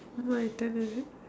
what do I tell with it